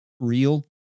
Real